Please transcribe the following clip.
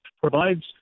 provides